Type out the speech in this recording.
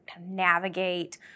navigate